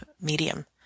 medium